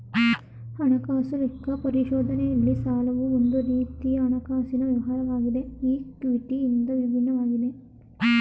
ಹಣಕಾಸು ಲೆಕ್ಕ ಪರಿಶೋಧನೆಯಲ್ಲಿ ಸಾಲವು ಒಂದು ರೀತಿಯ ಹಣಕಾಸಿನ ವ್ಯವಹಾರವಾಗಿದೆ ಈ ಕ್ವಿಟಿ ಇಂದ ವಿಭಿನ್ನವಾಗಿದೆ